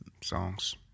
songs